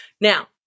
Now